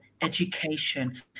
education